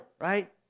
right